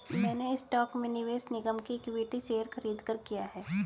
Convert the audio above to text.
मैंने स्टॉक में निवेश निगम के इक्विटी शेयर खरीदकर किया है